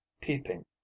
peeping